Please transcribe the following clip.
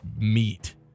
meat